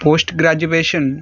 post graduation